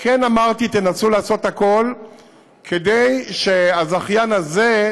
כן אמרתי: תנסו לעשות הכול כדי שהזכיין הזה,